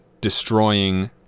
destroying